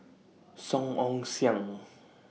Song Ong Siang